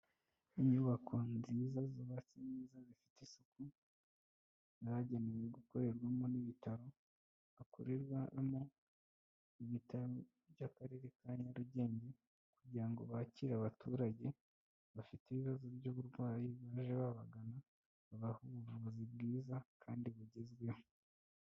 Inyubako nziza zubatse neza zifite isuku zahagenewe gukorerwamo n'ibitaro hakorerwamo ibitaro by'akarere ka Nyarugenge kugira ngo bakire abaturage bafite ibibazo by'uburwayi, baje babagana babahe ubuvuzi bwiza kandi bugezweho.